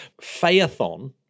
Phaethon